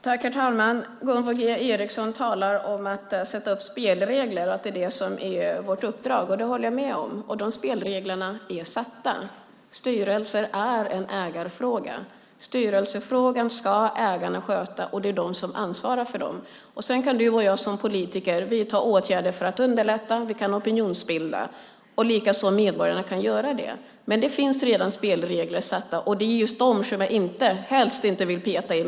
Herr talman! Gunvor G Ericson talar om att sätta upp spelregler och att det är vårt uppdrag. Det håller jag med om. Dessa spelregler är dock satta. Styrelser är en ägarfråga. Styrelsefrågan ska ägarna sköta och ansvara för. Som politiker kan vi vidta åtgärder för att underlätta och vi kan opinionsbilda. Det kan medborgarna likaså. Spelreglerna är redan satta och dem vill jag helst inte peta i.